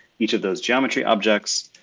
each of those geometry objects.